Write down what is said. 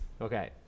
Okay